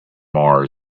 mars